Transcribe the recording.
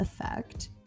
effect